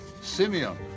Simeon